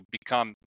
become